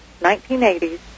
1980s